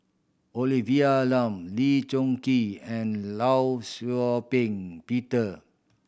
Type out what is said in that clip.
Olivia Lum Lee Choon Kee and Law Shau Ping Peter